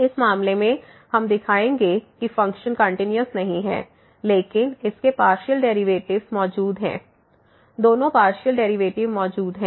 इस मामले में हम दिखाएंगे कि फ़ंक्शन कंटिन्यूस नहीं है लेकिन इसके पार्शियल डेरिवेटिव्स मौजूद हैं दोनों पार्शियल डेरिवेटिव मौजूद हैं